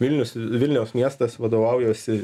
vilnius vilniaus miestas vadovaujuosi